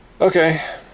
Okay